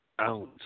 ounce